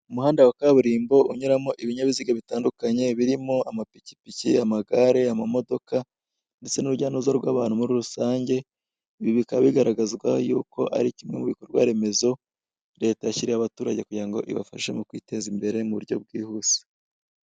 Umuhanda wa kaburimbo unyuramo ibinyabiziga bitandukanye, birimo; amapikipiki, amagare, amamodoka, ndetse n'urujya n'uruza rw'abantu muri rusange, ibi bikaba bigaragazwa yuko ari igikorwa remezo leta yashyiriyeho abaturage kugira ngo ibafashe mu kwiteza imbere mu buryo bwihuse.